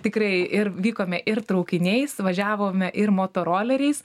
tikrai ir vykome ir traukiniais važiavom ir motoroleriais